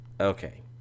Okay